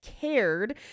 cared